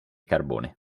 carbone